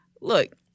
Look